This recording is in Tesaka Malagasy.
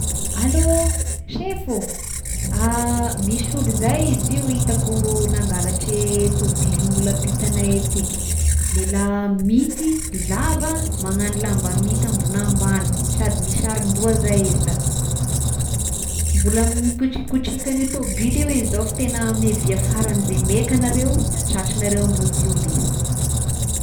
Allo, sefo oh? Misy olo izay izy io hitako nangalatry tôbilin'olo ampitagnay aty ky, lehilahy minty, lava, magnano lamba minty ambony ambany sady misarin-doha zay izay da mbola mikotrikotriky an'io tômobily io izy zao fa tegna miavy faragn'ny ze maika agnareo da tratrignareo ambody omby izy.